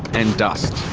and dust.